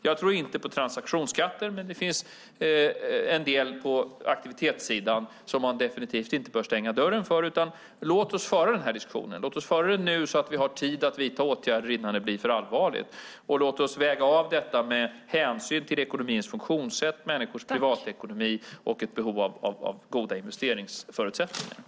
Jag tror inte på transaktionsskatter, men det finns en del på aktivitetssidan som man definitivt inte bör stänga dörren för. Låt oss föra den här diskussionen nu så att vi har tid att vidta åtgärder innan det blir för allvarligt. Låt oss väga av detta med hänsyn till ekonomins funktionssätt, människors privatekonomi och ett behov av goda investeringsförutsättningar.